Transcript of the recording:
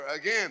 again